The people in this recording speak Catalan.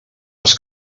les